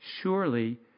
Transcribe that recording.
Surely